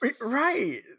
right